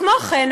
כמו כן,